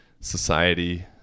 society